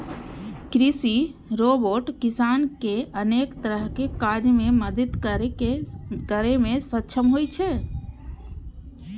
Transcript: कृषि रोबोट किसान कें अनेक तरहक काज मे मदति करै मे सक्षम होइ छै